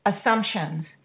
assumptions